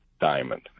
diamond